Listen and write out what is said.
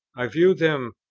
i viewed them,